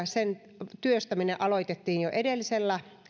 sen työstäminen aloitettiin jo edellisellä